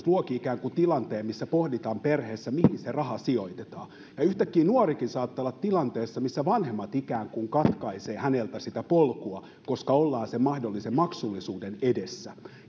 luokin tilanteen missä perheessä pohditaan mihin se raha sijoitetaan yhtäkkiä nuorikin saattaa olla tilanteessa missä vanhemmat ikään kuin katkaisevat häneltä sitä polkua koska ollaan sen mahdollisen maksullisuuden edessä